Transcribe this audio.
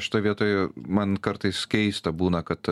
šitoj vietoj man kartais keista būna kad